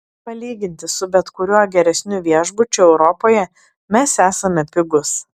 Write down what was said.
palyginti su bet kuriuo geresniu viešbučiu europoje mes esame pigūs